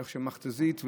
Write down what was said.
איך שמכת"זית,